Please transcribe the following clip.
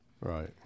Right